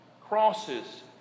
crosses